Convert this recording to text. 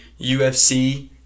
UFC